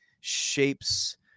shapes